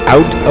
Out